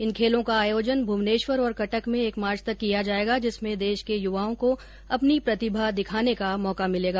इन खेलों का आयोजन भुवनेश्वर और कटक में एक मार्च तक किया जाएगा जिसमें देश के युवाओं को अपनी प्रतिभा दिखाने का मौका मिलेगा